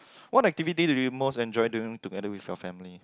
what activity do you most enjoy during together with your family